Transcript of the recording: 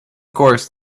course